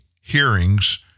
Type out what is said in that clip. hearings